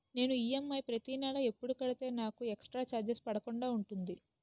నేను ఈ.ఎం.ఐ ప్రతి నెల ఎపుడు కడితే నాకు ఎక్స్ స్త్ర చార్జెస్ పడకుండా ఉంటుంది?